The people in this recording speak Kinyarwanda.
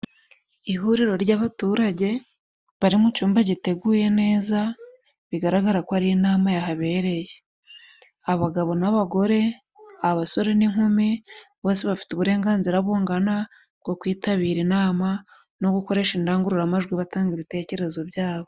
Ihuriro ry'abaturage bari mu cyumba giteguye neza bigaragara ko ari inama yahabereye, abagabo n'abagore abasore n'inkumi bose bafite uburenganzira bungana bwo kwitabira inama, no gukoresha indangururamajwi batanga ibitekerezo byabo.